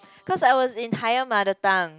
cause I was in higher mother tongue